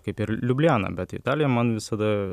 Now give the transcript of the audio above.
kaip ir liubliana bet italija man visada